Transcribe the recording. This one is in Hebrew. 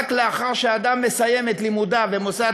רק לאחר שאדם מסיים את לימודיו במוסד